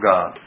God